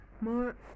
more